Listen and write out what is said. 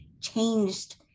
changed